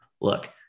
look